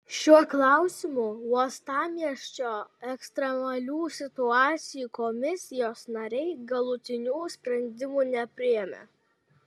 šiuo klausimu uostamiesčio ekstremalių situacijų komisijos nariai galutinių sprendimų nepriėmė